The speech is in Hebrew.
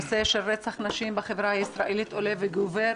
נושא רצח נשים בחברה הישראלית עולה וגובר.